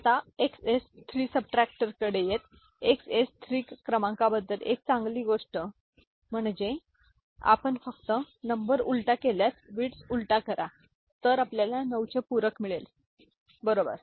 आता एक्सएस 3 सबट्रॅक्टरकडे येत एक्सएस 3 क्रमांकाबद्दल एक चांगली गोष्ट म्हणजे आपण फक्त नंबर उलटा केल्यास बिट्स उलटा करा तर आपल्याला 9 चे पूरक मिळेल बरोबर